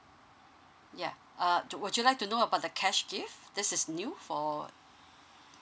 yeah uh would you like to know about the cash gift this is new for